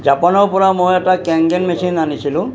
জাপানৰ পৰা মই এটা কেংগেন মেছিন আনিছিলোঁ